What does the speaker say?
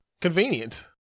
Convenient